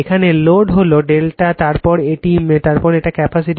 এখানে লোড হল ডেল্টা তারপর এটা ক্যাপাসিটি